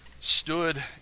stood